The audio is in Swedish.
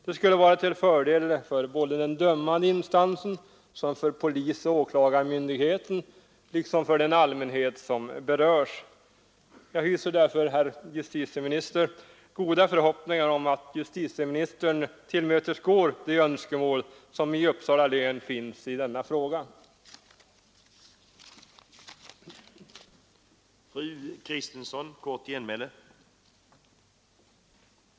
Det skulle vara till fördel för såväl den dömande instansen som för polisoch åklagarmyndigheten samt för den allmänhet som berörs. Jag hyser därför goda förhoppningar om att justitieministern tillmötesgår de önskemål som finns i denna fråga i Uppsala län.